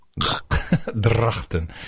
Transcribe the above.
Drachten